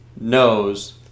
Knows